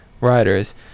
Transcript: riders